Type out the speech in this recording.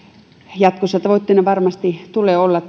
jatkossa tavoitteena varmasti tulee olla